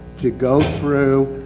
to go through,